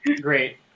Great